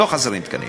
לא חסרים תקנים.